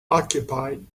occupied